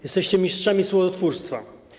Jesteście mistrzami słowotwórstwa.